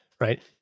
right